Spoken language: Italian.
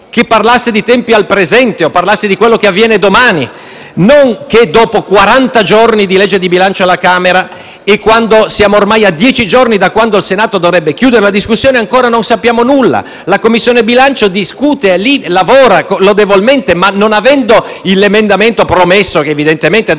che parlasse di tempi al presente o di quello che avviene domani, non certo che dopo quaranta giorni di legge di bilancio alla Camera e quando siamo ormai a dieci giorni da quando il Senato dovrebbe chiudere la discussione, ancora non sappiamo nulla. La Commissione bilancio discute, è lì e lavora lodevolmente, ma non avendo l'emendamento evidentemente promesso dal